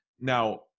Now